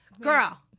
Girl